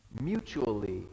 mutually